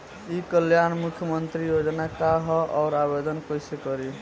ई कल्याण मुख्यमंत्री योजना का है और आवेदन कईसे करी?